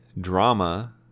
drama